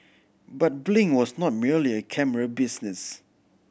but Blink was not merely a camera business